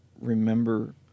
remember